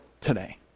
today